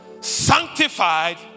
Sanctified